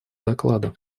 доклада